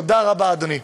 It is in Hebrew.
תודה רבה, אדוני.